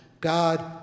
god